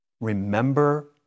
remember